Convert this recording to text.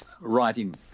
writing